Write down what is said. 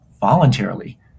voluntarily